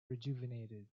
rejuvenated